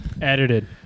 Edited